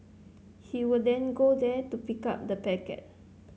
he would then go there to pick up the packet